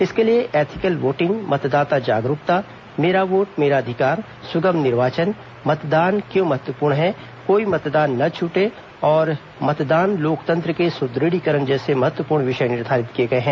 इसके लिए ethical voting मतदाता जागरूकता मेरा वोट मेरा अधिकार सुगम निर्वाचन मतदान क्यों महत्वपूर्ण है कोई मतदान न छूटे और मतदान लोकतंत्र के सुदृढ़ीकरण जैसे महत्वपूर्ण विषय निर्धारित किए गए हैं